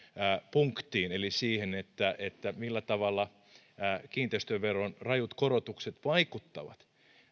punktiin eli siihen millä tavalla kiinteistöveron rajut korotukset vaikuttavat